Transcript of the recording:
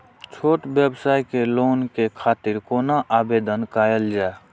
छोट व्यवसाय के लोन के खातिर कोना आवेदन कायल जाय?